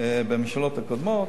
בממשלות הקודמות.